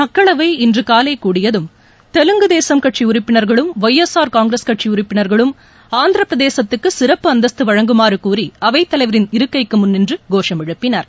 மக்களவை இன்று காலை கூடியதும் தெலுங்கு தேசும் கட்சி உறுப்பினர்களும் ஒய் எஸ் ஆர் காங்கிரஸ் கட்சி உறுப்பினர்களும் ஆந்திரப் பிரதேசத்திற்கு சிறப்பு அந்தஸ்து வழங்குமாறு கூறி அவைத் தலைவரின் இருக்கைக்கு முன் நின்று கோஷம் எழுப்பினர்